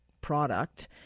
product